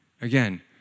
Again